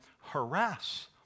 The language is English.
harass